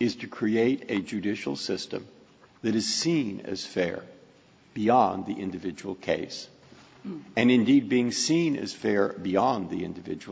is to create a judicial system that is seen as fair beyond the individual case and indeed being seen as fair beyond the individual